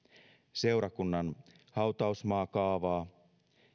seurakunnan hautausmaakaavaa